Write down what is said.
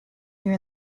here